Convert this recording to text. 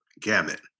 gamut